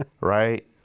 Right